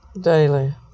Daily